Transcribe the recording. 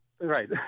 right